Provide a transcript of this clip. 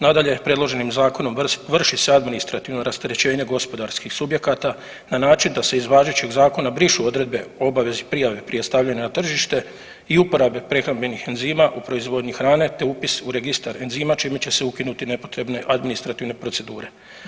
Nadalje, predloženim zakonom vrši se administrativno rasterećenje gospodarskih subjekata na način da se iz važećeg zakona brišu odredbe o obavezi prijave prije stavljanja na tržište i uporabe prehrambenih enzima u proizvodnji hrane, te upis u registar enzima čime će se ukinuti nepotrebne administrativne procedure.